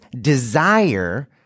desire